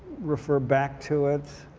refer back to it.